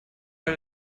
der